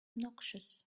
noxious